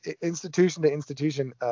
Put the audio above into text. institution-to-institution